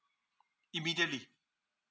immediately